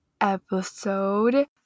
episode